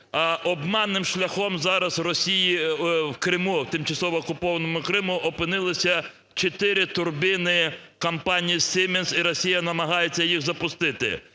обманним шляхом зараз Росії… в Криму, тимчасово окупованому Криму опинилися чотири турбіни компанії Siemens, і Росія намагається їх запустити.